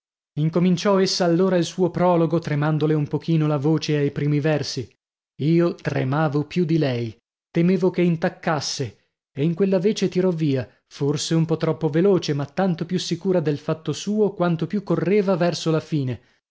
incominciò essa allora il suo prologo tremandole un pochino la voce ai primi versi io tremavo più di lei temevo che intaccasse e in quella vece tirò via forse un po troppo veloce ma tanto più sicura del fatto suo quanto più correva verso la fine